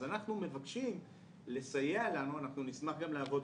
אז אנחנו מבקשים לסייע לנו, אנחנו נשמח גם לעבוד